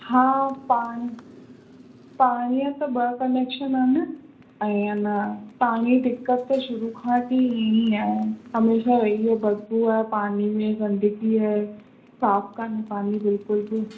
हा पाणी पाणीअ त ॿ कनेक्शन आहिनि ऐं अन पाणीअ जी दिक़त त शुरू खां वठी ईअं ई आहे हमेशह भई इहो बदबू आहे पानी में गंदगी आहे साफ़ु काने पानी बिल्कुल बि